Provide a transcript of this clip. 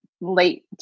late